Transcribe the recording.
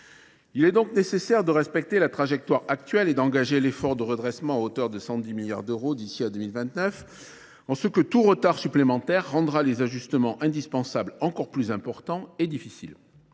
Il est donc nécessaire de respecter la trajectoire actuelle et d'engager l'effort de redressement de 110 milliards d'euros d'ici à 2029, en ce que tout retard supplémentaire rendra les ajustements indispensables encore plus importants et difficiles.